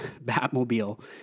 Batmobile